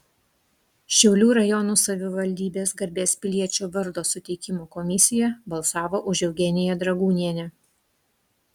šiaulių rajono savivaldybės garbės piliečio vardo suteikimo komisija balsavo už eugeniją dragūnienę